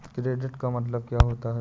Credit का मतलब क्या होता है?